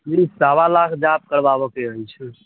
सवा लाख जाप करबाबऽऽके अछि